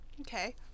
okay